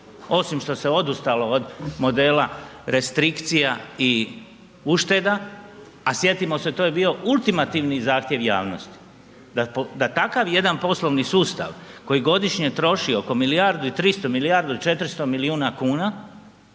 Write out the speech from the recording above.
osim što se odustalo od modela restrikcija i ušteda. A sjetimo se to je bio ultimativan zahtjev javnosti da takav jedan poslovni sustav koji godišnje troši oko milijardu i 300, milijardu i 400 milijuna kuna